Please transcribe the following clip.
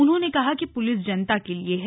उन्होंने कहा कि प्लिस जनता के लिए है